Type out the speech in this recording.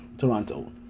Toronto